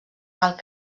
alt